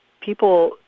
people